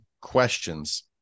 questions